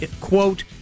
quote